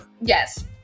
Yes